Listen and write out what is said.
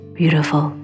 beautiful